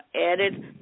added